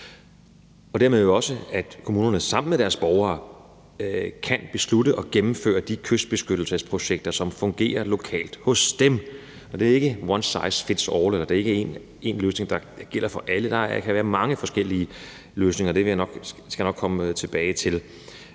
er det jo også sådan, at kommunerne sammen med deres borgere kan beslutte at gennemføre de kystbeskyttelsesprojekter, som fungerer lokalt hos dem. Og det er ikke one size fits all; det er ikke én løsning, der gælder for alle. Der kan være mange forskellige løsninger, og det skal jeg nok komme tilbage til.